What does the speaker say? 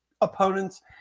opponents